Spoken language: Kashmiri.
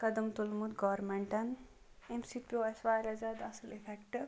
قَدَم تُلمُت گارمنٹَن امہِ سۭتۍ پیٚو اَسہِ واریاہ زیادٕ اصل اِفیٚکٹہٕ